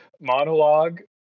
monologue